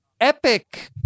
Epic